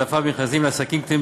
העדפה במכרזים לעסקים קטנים